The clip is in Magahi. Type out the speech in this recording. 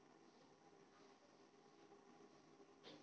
पैसा बाला पहूंचतै तौ हमरा कैसे पता चलतै?